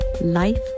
life